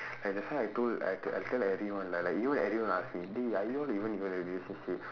like that's why I told I told I tell everyone like like even everyone ask me D are you all even in a relationship